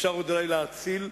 שאפשר אולי עוד להציל.